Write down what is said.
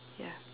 ya